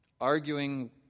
Arguing